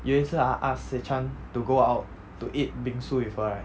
有一次他 ask se chan to go out to eat bingsu with her right